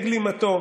מזעזע.